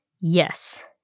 yes